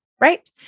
right